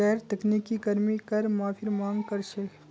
गैर तकनीकी कर्मी कर माफीर मांग कर छेक